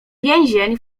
więzień